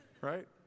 right